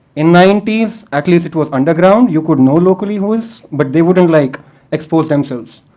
in ninety s, at least it was underground. you could know locally who is. but they wouldn't like expose themselves.